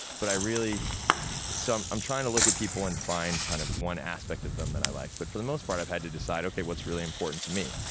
but i really so, i'm trying to look at people and find kind of one aspect of them that i like. but, for the most part, i've had to decide, okay, what's really important to me?